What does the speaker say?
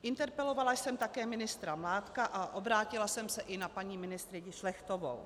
Interpelovala jsem také ministra Mládka a obrátila jsem se i na paní ministryni Šlechtovou.